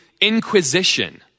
inquisition